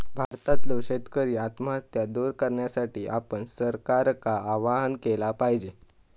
भारतातल्यो शेतकरी आत्महत्या दूर करण्यासाठी आपण सरकारका आवाहन केला पाहिजे